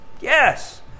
Yes